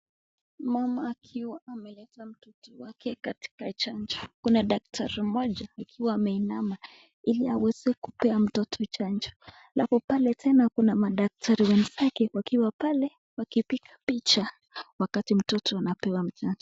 Mama akiwa ameleta mtoto wake katika chanja. Kuna daktari mmoja akiwa ameinama ili aweze kumpea mtoto chanjo. Halafu pale tena kuna madaktari wenzake wakiwa pale wakipiga picha wakati mtoto anapewa chanjo.